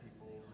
people